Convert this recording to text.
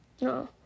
No